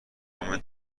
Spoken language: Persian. نام